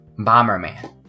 Bomberman